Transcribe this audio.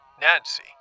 Nancy